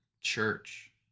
church